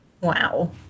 Wow